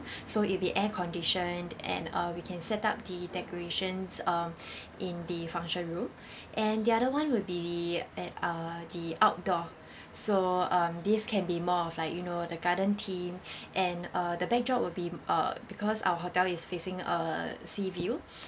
so it'll be air conditioned and uh we can set up the decorations um in the function room and the other one will be the at uh the outdoor so um this can be more of like you know the garden theme and uh the backdrop will be uh because our hotel is facing uh sea view